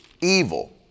evil